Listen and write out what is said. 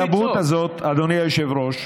כי המחויבות הזאת, אדוני היושב-ראש,